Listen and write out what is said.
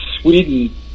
Sweden